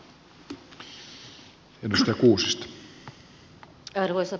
arvoisa puhemies